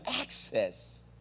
access